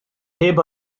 heb